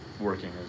working